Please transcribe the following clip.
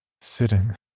Sitting